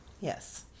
Yes